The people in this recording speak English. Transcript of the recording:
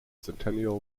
centennial